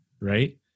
Right